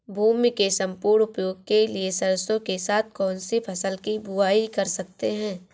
भूमि के सम्पूर्ण उपयोग के लिए सरसो के साथ कौन सी फसल की बुआई कर सकते हैं?